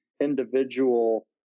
individual